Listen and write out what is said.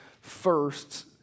first